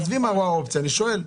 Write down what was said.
עזבי, אני שואל.